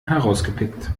herausgepickt